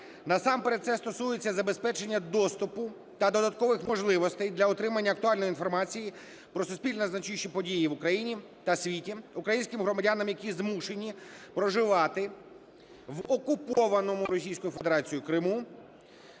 Насамперед це стосується забезпечення доступу та додаткових можливостей для отримання актуальної інформації про суспільно значущі події в Україні та світі українським громадянам, які змушені проживати в окупованому Російською